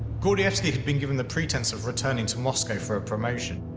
gordievsky has been given the pretense of returning to moscow for a promotion.